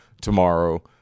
tomorrow